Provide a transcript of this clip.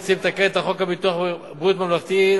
אנו מציעים לתקן את חוק ביטוח בריאות ממלכתי,